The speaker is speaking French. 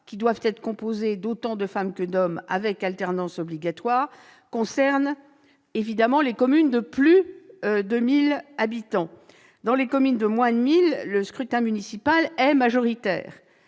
qui doivent être composées d'autant de femmes que d'hommes, avec alternance obligatoire, concernent les communes de plus de 1 000 habitants. Dans les communes de moins de 1 000 habitants, le scrutin municipal est majoritaire.